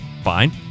fine